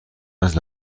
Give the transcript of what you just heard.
است